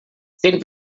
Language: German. sind